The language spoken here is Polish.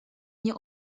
nie